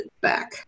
back